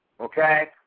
Okay